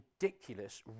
ridiculous